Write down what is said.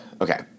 Okay